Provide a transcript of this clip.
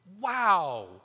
Wow